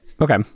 Okay